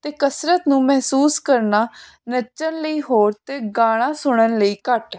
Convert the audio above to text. ਅਤੇ ਕਸਰਤ ਨੂੰ ਮਹਿਸੂਸ ਕਰਨਾ ਨੱਚਣ ਲਈ ਹੋਰ ਅਤੇ ਗਾਣਾ ਸੁਣਨ ਲਈ ਘੱਟ